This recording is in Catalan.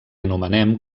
anomenem